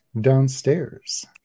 downstairs